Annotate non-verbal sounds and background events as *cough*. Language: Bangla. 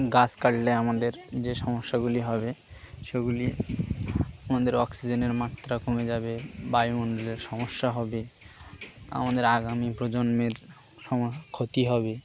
গাছ কাটলে আমাদের যে সমস্যাগুলি হবে সেগুলি আমাদের অক্সিজেনের মাত্রা কমে যাবে বায়ুমণ্ডলের সমস্যা হবে আমাদের আগামী প্রজন্মের *unintelligible* ক্ষতি হবে